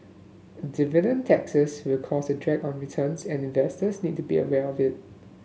dividend taxes will cause a drag on returns and investors need to be aware of it